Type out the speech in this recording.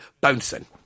bouncing